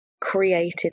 created